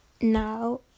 Now